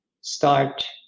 start